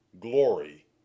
Glory